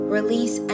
Release